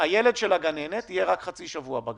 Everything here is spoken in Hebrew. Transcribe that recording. הילד של הגננת יהיה רק חצי שבוע בגן,